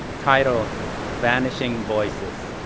title vanishing voices,